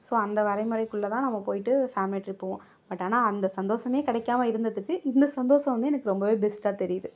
so அந்த வரைமுறைக்குள்ளே தான் நம்ம போயிட்டு ஃபேமிலி ட்ரிப் போவோம் பட் ஆனால் அந்த சந்தோஷமே கிடைக்காம இருந்ததுக்கு இந்த சந்தோஷம் வந்து எனக்கு ரொம்பவே பெஸ்ட்டாக தெரியுது